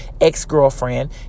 ex-girlfriend